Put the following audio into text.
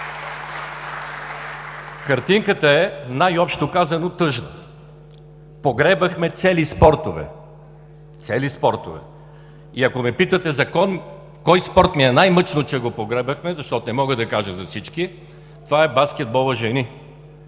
Картинката е, най-общо казано, тъжна. Погребахме цели спортове, цели спортове! И ако ме питате за кой спорт ми е най-мъчно, че го погребахме, защото не мога да кажа за всички, това е баскетболът, жени.